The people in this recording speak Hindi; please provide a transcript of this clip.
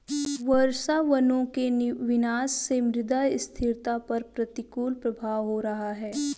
वर्षावनों के विनाश से मृदा स्थिरता पर प्रतिकूल प्रभाव हो रहा है